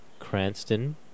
Cranston